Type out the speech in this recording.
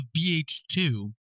BH2